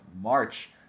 March